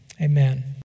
Amen